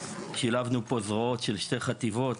שילבנו פה זרועות של שתי חטיבות,